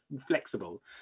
flexible